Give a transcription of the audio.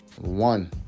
One